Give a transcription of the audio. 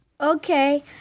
Okay